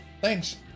Thanks